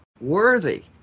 worthy